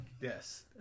Yes